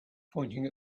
pointing